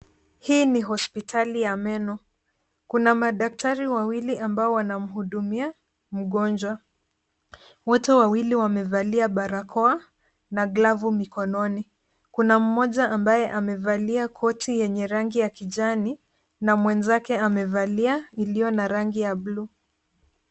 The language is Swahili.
Hii ni hospitali ya meno. Kuna madaktari wawili ambao wanamhudumia mgonjwa. Wote wawili wamevalia barakoa na glavu mikononi. Kuna mmoja ambaye amevalia kiti lenye rangi ya kijani na mwenzake amevalia iliyo na rangi ya bluu.